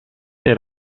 tej